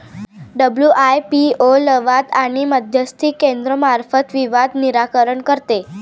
WIPO लवाद आणि मध्यस्थी केंद्रामार्फत विवाद निराकरण करते